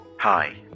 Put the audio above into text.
Hi